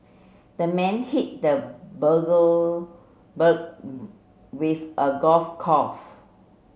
the man hit the with a golf